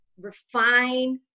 Refine